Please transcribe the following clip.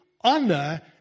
honor